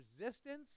resistance